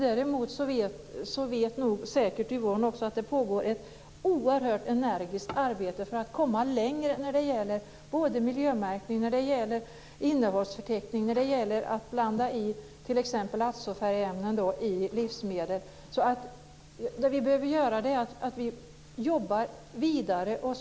Däremot pågår det, och det vet säkert Yvonne Ruwaida, ett oerhört energiskt arbete för att komma längre när det gäller miljömärkning och innehållsförteckning och när det gäller att blanda i t.ex. azo-färgämnen i livsmedel. Vi behöver alltså jobba vidare.